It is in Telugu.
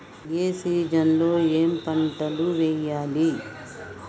ఏ సీజన్ లో ఏం పంటలు వెయ్యాలి?